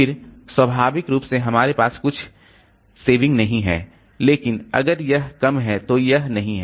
फिर स्वाभाविक रूप से हमारे पास कुछ बचत नहीं है लेकिन अगर यह कम है तो यह नहीं है